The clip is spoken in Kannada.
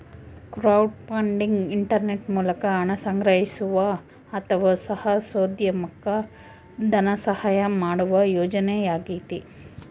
ಕ್ರೌಡ್ಫಂಡಿಂಗ್ ಇಂಟರ್ನೆಟ್ ಮೂಲಕ ಹಣ ಸಂಗ್ರಹಿಸುವ ಅಥವಾ ಸಾಹಸೋದ್ಯಮುಕ್ಕ ಧನಸಹಾಯ ಮಾಡುವ ಯೋಜನೆಯಾಗೈತಿ